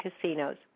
casinos